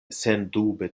sendube